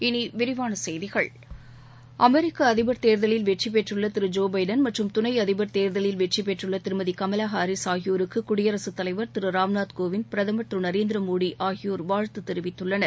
இனி விரிவான செய்திகள் அமெரிக்க அதிபர் தேர்தலில் வெற்றி பெற்றுள்ள திரு ஜோ பைடன் மற்றும் துணை அதிபர் தேர்தலில் வெற்றி பெற்றுள்ள திருமதி கமலா ஹாரிஸ் ஆகியோருக்கு குடியரசுத் தலைவர் திரு ராம்நாத் கோவிந்த் பிரதமர் திரு நரேந்திர மோடி ஆகியோர் வாழ்தது தெரிவித்துள்ளனர்